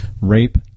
Rape